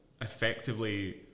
effectively